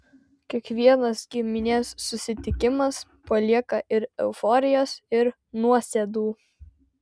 kiekvienas giminės susitikimas palieka ir euforijos ir nuosėdų